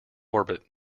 orbit